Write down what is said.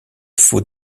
faux